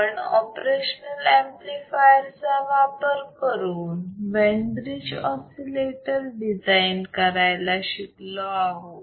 आपण operational amplifier चा वापर करून वेन ब्रिज ऑसिलेटर डिझाईन करायला शिकलो आहोत